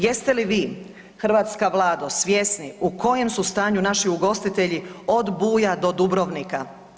Jeste li vi hrvatska vlado svjesni u kojem su stanju naši ugostitelji od Buja do Dubrovnika?